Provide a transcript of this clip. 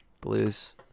blues